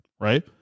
right